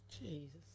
Jesus